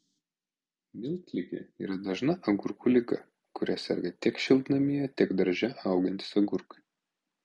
miltligė yra dažna agurkų liga kuria serga tiek šiltnamyje tiek darže augantys agurkai